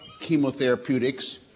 chemotherapeutics